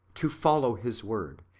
to follow his word,